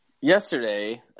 Yesterday